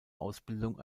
ausbildung